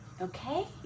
Okay